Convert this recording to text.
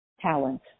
talent